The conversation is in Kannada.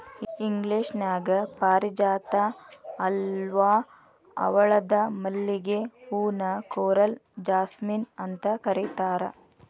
ಇಂಗ್ಲೇಷನ್ಯಾಗ ಪಾರಿಜಾತ ಅತ್ವಾ ಹವಳದ ಮಲ್ಲಿಗೆ ಹೂ ನ ಕೋರಲ್ ಜಾಸ್ಮಿನ್ ಅಂತ ಕರೇತಾರ